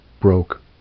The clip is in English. broke